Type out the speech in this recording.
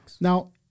Now